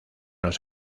los